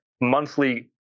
monthly